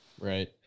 Right